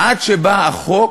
עד שבא החוק